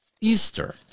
Easter